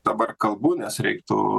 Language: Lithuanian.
dabar kalbu nes reiktų